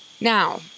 Now